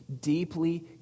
deeply